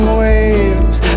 waves